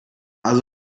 also